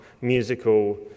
musical